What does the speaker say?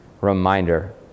reminder